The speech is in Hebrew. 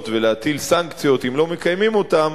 ולהטיל סנקציות אם לא מקיימים אותן,